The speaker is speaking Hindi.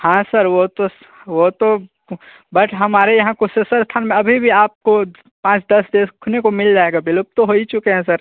हाँ सर वो तो वो तो बट हमारे यहाँ कुशेश्वर स्थान में अभी भी आप को पाँच दस देखने को मिल जाएंगे विलुप्त तो हो चुके हैं सर